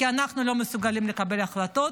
כי אנחנו לא מסוגלים לקבל החלטות,